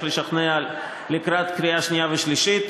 לשכנע לקראת קריאה שנייה ושלישית.